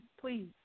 Please